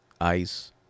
Ice